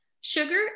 sugar